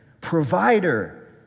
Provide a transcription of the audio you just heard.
provider